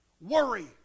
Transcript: Worry